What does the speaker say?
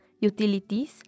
Utilities